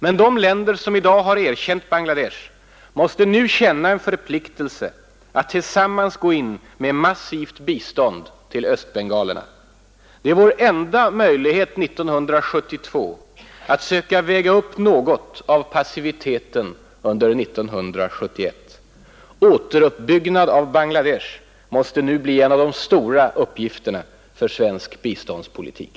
Men de länder som i dag har erkänt Bangladesh måste nu känna en förpliktelse att tillsammans gå in med massivt bistånd till östbengalerna. Det är vår enda möjlighet 1972 att söka väga upp något av passiviteten under 1971. Återuppbyggnad av Bangladesh måste nu bli en av de stora uppgifterna för svensk biståndspolitik.